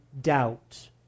doubt